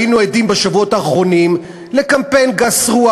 היינו עדים בשבועות האחרונים לקמפיין גס רוח